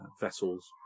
vessels